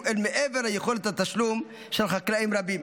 אל מעבר ליכולת התשלום של חקלאים רבים,